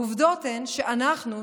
העובדות הן שאנחנו,